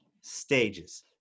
stages